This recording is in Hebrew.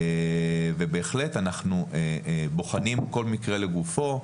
ובהחלט אנחנו בוחנים כל מקרה לגופו.